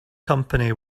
company